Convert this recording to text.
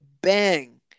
bang